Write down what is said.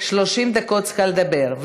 דקות צריכה לדבר,